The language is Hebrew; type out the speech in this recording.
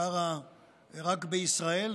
שרה "רק בישראל",